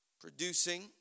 producing